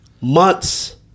Months